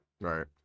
Right